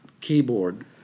keyboard